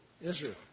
Israel